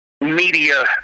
media